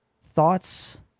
thoughts